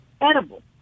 edible